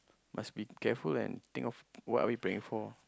must be careful and think of what are we praying for